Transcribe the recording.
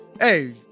hey